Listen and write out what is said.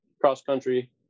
cross-country